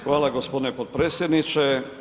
Hvala gospodine potpredsjedniče.